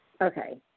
Okay